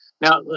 Now